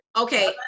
Okay